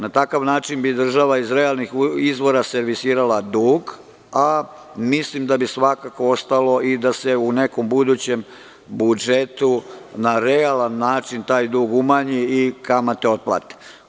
Na takav način bi država iz realnih izvora servisirala dug, a mislim da bi svakako ostalo i da se u nekom budućem budžetu na realan način taj dug umanji i kamate otplate.